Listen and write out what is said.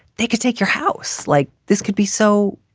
they could take your house like this could be so.